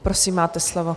Prosím, máte slovo.